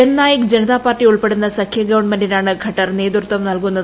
Jannayak Janata party ഉൾപ്പെടുന്ന സഖ്യ ഗവൺമെന്റിനാണ് ഖട്ടർ ് നേതൃത്വം നൽകുന്നത്